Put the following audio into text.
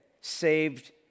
saved